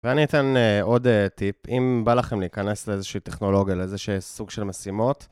ואני אתן עוד טיפ, אם בא לכם להיכנס לאיזושהי טכנולוגיה, לאיזשהי סוג של משימות.